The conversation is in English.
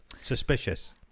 Suspicious